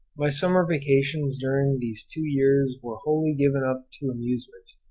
my summer vacations during these two years were wholly given up to amusements,